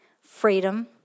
freedom